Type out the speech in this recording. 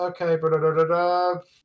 Okay